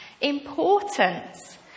importance